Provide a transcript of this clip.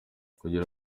kugira